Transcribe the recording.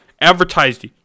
advertised